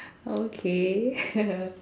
okay